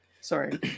Sorry